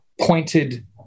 pointed